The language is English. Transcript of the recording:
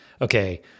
Okay